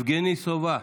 יבגני סובה,